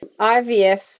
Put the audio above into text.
IVF